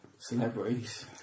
celebrities